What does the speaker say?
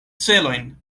celojn